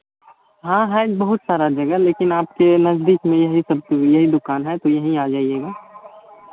हाँ है ना बहुत सारा जगह लेकिन आपके नजदीक में ही यही सबसे यही दुकान है तो यहीं आ जाइएगा